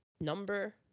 number